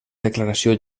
declaració